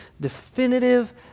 definitive